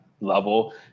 level